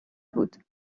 بود